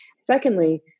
Secondly